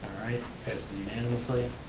alright, passes unanimously.